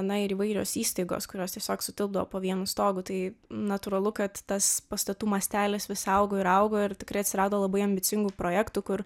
na ir įvairios įstaigos kurios tiesiog sutilpdavo po vienu stogu tai natūralu kad tas pastatų mastelis vis augo ir augo ir tikrai atsirado labai ambicingų projektų kur